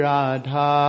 Radha